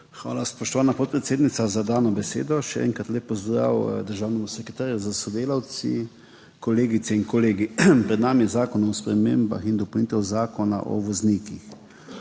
Hvala, spoštovana podpredsednica, za dano besedo. Še enkrat lep pozdrav državnemu sekretarju s sodelavci, kolegicam in kolegom! Pred nami je Zakon o spremembah in dopolnitvah Zakona o voznikih.